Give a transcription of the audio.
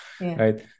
right